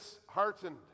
disheartened